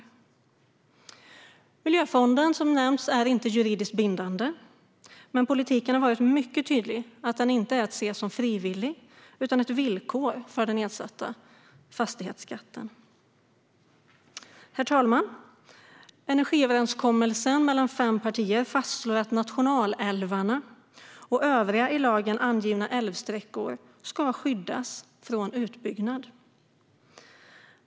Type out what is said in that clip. Den miljöfond som nämns är inte juridiskt bindande, men politiken har varit mycket tydlig med att den inte är att se som frivillig utan ett villkor för den nedsatta fastighetsskatten. Herr talman! Energiöverenskommelsen mellan fem partier fastslår att nationalälvarna och övriga i lagen angivna älvsträckor ska skyddas från utbyggnad.